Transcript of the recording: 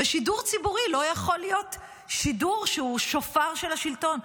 ושידור ציבורי לא יכול להיות שידור שהוא שופר של השלטון,